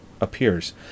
appears